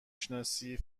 شناسی